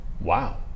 Wow